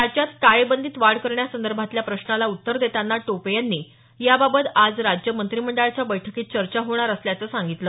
राज्यात टाळेबंदीत वाढ करण्यासंदर्भातल्या प्रश्नाला उत्तर देताना टोपे यांनी या बाबत आज राज्य मंत्रिमंडळाच्या बैठकीत चर्चा होणार असल्याचं सांगितलं